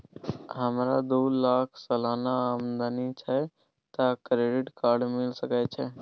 हमरा दू लाख सालाना आमदनी छै त क्रेडिट कार्ड मिल सके छै?